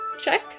check